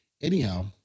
Anyhow